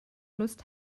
lust